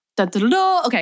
Okay